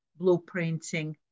blueprinting